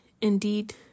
Indeed